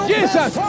Jesus